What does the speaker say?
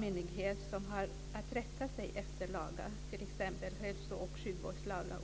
myndighet som har att rätta sig efter lagar, t.ex. hälsooch sjukvårdslagen.